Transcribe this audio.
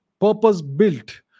purpose-built